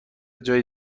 جای